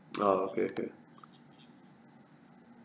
orh okay okay